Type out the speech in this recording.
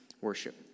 worship